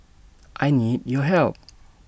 I need your help